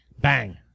Bang